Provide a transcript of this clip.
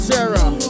Sarah